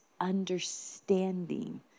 understanding